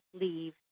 leave